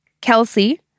Kelsey